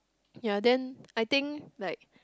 ya then I think like